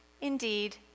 Indeed